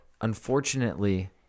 unfortunately